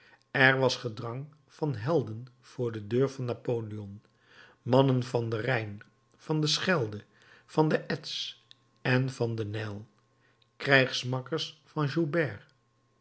er was gedrang van helden voor de deur van napoleon mannen van den rijn van de schelde van de etsch en van den nijl krijgsmakkers van joubert